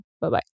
Bye-bye